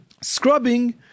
scrubbing